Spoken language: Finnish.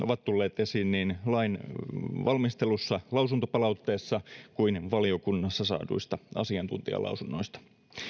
ovat tulleet esiin niin lain valmistelussa lausuntopalautteessa kuin valiokunnassa saaduissa asiantuntijalausunnoissa